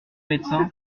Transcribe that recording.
médecin